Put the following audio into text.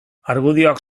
argudioak